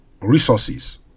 resources